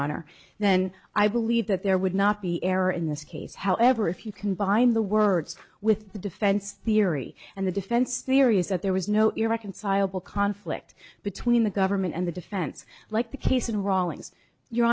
honor then i believe that there would not be error in this case however if you combine the words with the defense theory and the defense theory is that there was no irreconcilable conflict between the government and the defense like the case in rawlings your